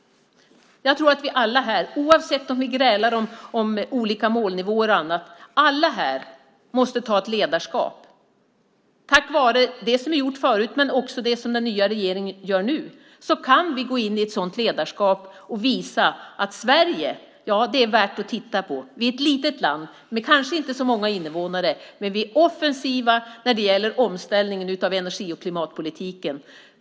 Jag tror att vi alla här, oavsett om vi grälar om olika målnivåer och annat, måste ta ett ledarskap. Tack vare det som är gjort förut men också det som den nya regeringen gör nu kan vi gå in i ett sådant ledarskap och visa att Sverige är värt att titta på. Vi är ett litet land med inte så många invånare, men vi är offensiva när det gäller omställningen av energi och klimatpolitiken.